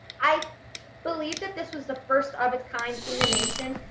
i believe that this was the first of its kind in the nation,